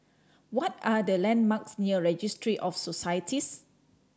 what are the landmarks near Registry of Societies